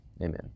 Amen